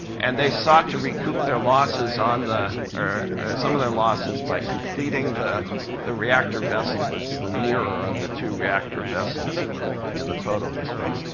and they sought to recoup their losses on the or some of their losses by completing the the reactor vessel that's the nearer of the two reactor vessels in the photo this one.